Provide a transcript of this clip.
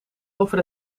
over